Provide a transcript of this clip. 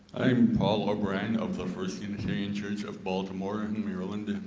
i'm paulo brian of the first unitarian church of baltimore in maryland.